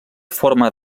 forma